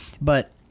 but-